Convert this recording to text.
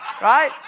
Right